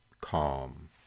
calm